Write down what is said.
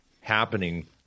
happening